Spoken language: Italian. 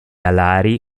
alari